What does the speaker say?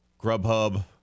Grubhub